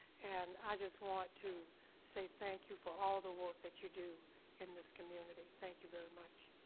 and i just want to say thank you for all the work that you do in this community, thank you very much.